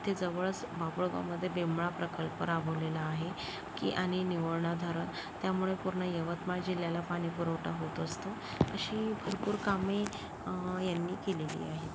इथे जवळच बाभूळगावमध्ये बेंबळा प्रकल्प राबवलेला आहे की आणि निवर्णा धरण त्यामुळे पूर्ण यवतमाळ जिल्ह्याला पाणीपुरवठा होत असतो अशी भरपूर कामे यांनी केलेली आहेत